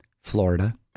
Florida